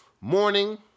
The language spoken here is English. morning